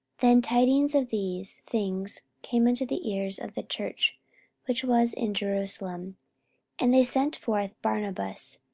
then tidings of these things came unto the ears of the church which was in jerusalem and they sent forth barnabas,